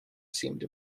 seemed